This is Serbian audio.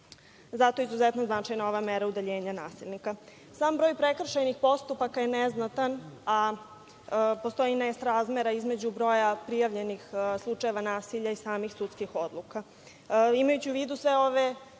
Zato je izuzetno značajna ova mera udaljenja nasilnika. Sam broj prekršajnih postupaka je neznatan, a postoji nesrazmera između broja prijavljenih slučaja nasilja i samih sudskih odluka. Imajući u vidu sve ove